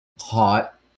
hot